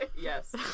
Yes